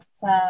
sa